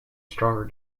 stronger